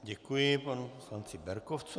Děkuji panu poslanci Berkovcovi.